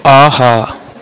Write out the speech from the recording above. ஆஹா